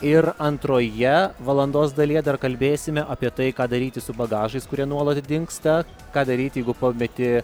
ir antroje valandos dalyje dar kalbėsime apie tai ką daryti su bagažais kurie nuolat dingsta ką daryt jeigu pameti